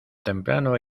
temprano